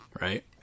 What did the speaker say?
Right